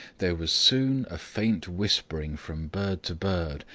there was soon a faint whispering from bird to bird,